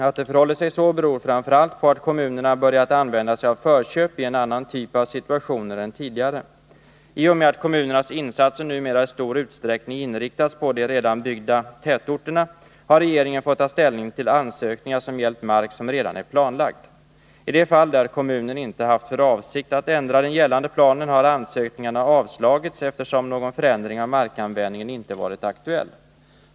Att det förhåller sig så beror framför allt på att kommunerna börjat använda sig av förköp i en annan typ av situationer än tidigare. I och med att kommunernas insatser numera i stor utsträckning inriktats på de redan byggda tätorterna har regeringen fått ta ställning till ansökningar som gällt mark som redan är planlagd. I de fall där kommunen inte haft för avsikt att ändra den gällande planen har ansökningarna avslagits, eftersom någon förändring av markanvändningen inte varit aktuell.